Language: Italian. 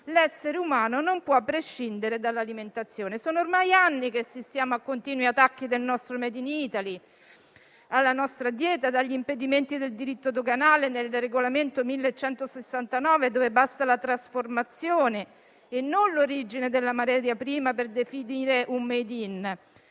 l'essere umano non può prescindere dall'alimentazione: sono ormai anni che assistiamo a continui attacchi al nostro *made in Italy* e alla nostra dieta: dagli impedimenti del diritto doganale nel regolamento n. 1169 del 2011, dove basta la trasformazione e non l'origine della materia prima per definire un *made in*,